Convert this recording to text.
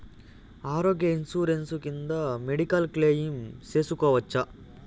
ఆరోగ్య ఇన్సూరెన్సు కింద medical claim సేసుకోవచ్చా?